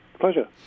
Pleasure